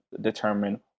determine